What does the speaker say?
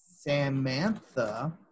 Samantha